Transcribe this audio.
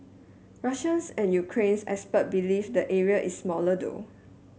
Russians and Ukrainian expert believe the area is smaller though